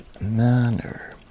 manner